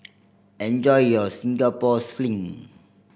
enjoy your Singapore Sling